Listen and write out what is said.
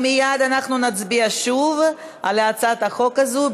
מייד אנחנו נצביע שוב על הצעת החוק הזאת,